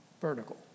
Vertical